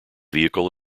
vehicle